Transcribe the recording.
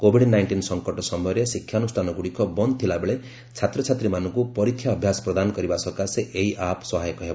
Covid nineteen ସଂକଟ ସମୟରେ ଶିକ୍ଷାନୁଷ୍ଠାନଗୁଡ଼ିକ ବନ୍ଦ ଥିଲାବେଳେ ଛାତ୍ରଛାତ୍ରୀମାନଙ୍କୁ ପରୀକ୍ଷା ଅଭ୍ୟାସ ପ୍ରଦାନ କରିବା ସକାଶେ ଏହି ଆପ୍ ସହାୟକ ହେବ